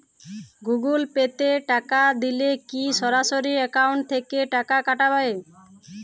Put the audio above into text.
Google Pay তে টাকা দিলে কি সরাসরি অ্যাকাউন্ট থেকে টাকা কাটাবে?